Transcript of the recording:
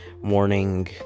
morning